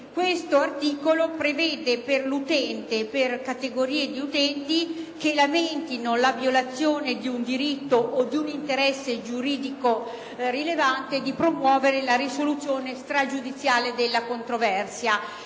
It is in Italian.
Questo articolo prevede, infatti, per categorie di utenti che lamentino la violazione di un diritto o di un interesse giuridico rilevante, di promuovere la risoluzione stragiudiziale della controversia.